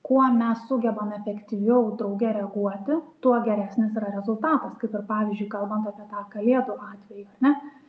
kuo mes sugebam efektyviau drauge reaguoti tuo geresnis yra rezultatas kaip ir pavyzdžiui kalbant apie tą kalėdų atvejį ar ne